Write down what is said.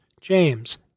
James